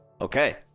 Okay